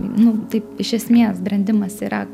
nu taip iš esmės brendimas yra